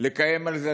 צריכים לקיים על זה,